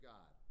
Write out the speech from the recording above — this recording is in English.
God